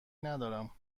ندارم